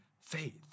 faith